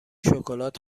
شکلات